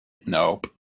Nope